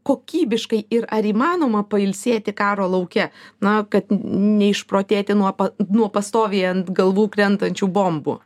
kokybiškai ir ar įmanoma pailsėti karo lauke na kad neišprotėti nuo nuo pastoviai ant galvų krentančių bombų